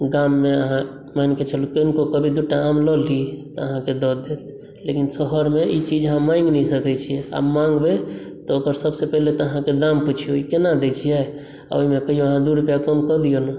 गाममे अहाँ मानिके चलू किनको कहबै दूटा आम लऽ ली तऽ अहाँकेँ दऽ देत लेकिन शहरमे ई चीज अहाँ माङ्गि नहि सकैत छी आ मङ्गबै तऽ ओकर सभसँ पहिने तऽ अहाँकेँ दाम पुछियौ ई केना दैत छियै आ ओहिमे अहाँ कहियौ दू रुपैआ कम कऽ दियौ ने